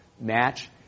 match